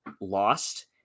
lost